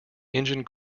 engine